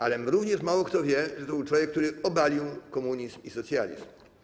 Ale również mało kto wie, że to był człowiek, który obalił komunizm i socjalizm.